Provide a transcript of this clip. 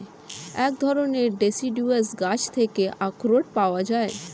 এক ধরণের ডেসিডুয়াস গাছ থেকে আখরোট পাওয়া যায়